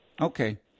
Okay